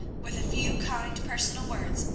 with a few kind, personal words,